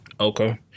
Okay